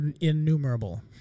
innumerable